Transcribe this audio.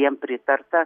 jiem pritarta